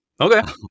Okay